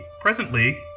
Presently